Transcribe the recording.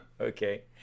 Okay